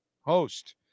host